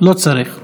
לא צריך.